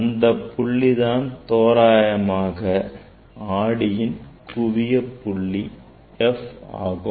அந்தப் புள்ளிதான் தோராயமாக ஆடியின் குவிய புள்ளி Fஆகும்